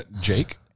Jake